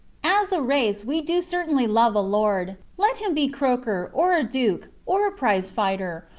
as a race, we do certainly love a lord let him be croker, or a duke, or a prize-fighter,